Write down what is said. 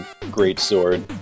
greatsword